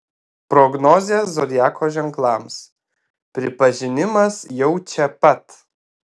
prognozė zodiako ženklams pripažinimas jau čia pat